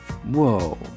Whoa